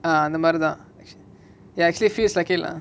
ah அந்தமாரிதா:anthamaritha ya actually feels like it lah